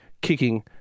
kicking